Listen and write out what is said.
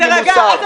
תירגע.